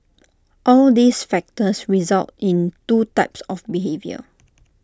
all these factors result in two types of behaviour